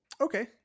Okay